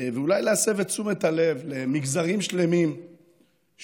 ואולי להסב את תשומת הלב למגזרים שלמים שנפגעו.